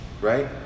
right